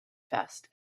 fest